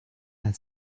had